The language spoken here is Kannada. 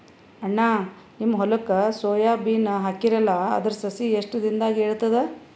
ಅಣ್ಣಾ, ನಿಮ್ಮ ಹೊಲಕ್ಕ ಸೋಯ ಬೀನ ಹಾಕೀರಲಾ, ಅದರ ಸಸಿ ಎಷ್ಟ ದಿಂದಾಗ ಏಳತದ?